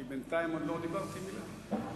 כי בינתיים עוד לא אמרתי מלה.